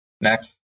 Next